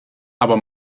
aber